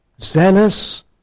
zealous